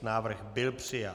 Návrh byl přijat.